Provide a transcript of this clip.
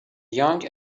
young